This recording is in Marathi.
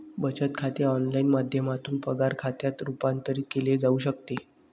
बचत खाते ऑनलाइन माध्यमातून पगार खात्यात रूपांतरित केले जाऊ शकते